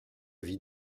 vie